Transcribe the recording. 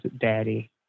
Daddy